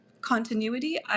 Continuity